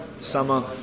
summer